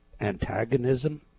antagonism